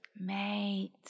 Mate